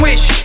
Wish